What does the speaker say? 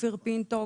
אופיר פינטו,